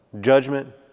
Judgment